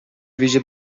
ویژه